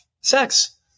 sex